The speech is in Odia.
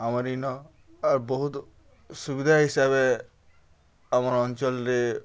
ଆମର୍ ଇନ ଆର୍ ବହୁତ୍ ସୁବିଧା ହିସାବେ ଆମର୍ ଅଞ୍ଚଲ୍ରେ